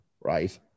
Right